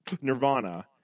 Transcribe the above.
Nirvana